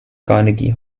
carnegie